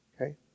Okay